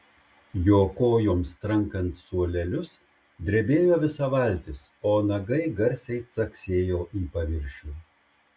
jo kojoms trankant suolelius drebėjo visa valtis o nagai garsiai caksėjo į paviršių